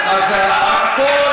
כמה עולה למשרד החינוך, הכול,